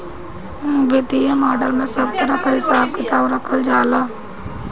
वित्तीय मॉडल में सब तरह कअ हिसाब किताब रखल जाला